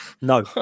No